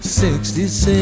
66